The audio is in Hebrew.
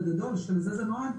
בגדול ובשביל זה היא נועדה,